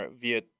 via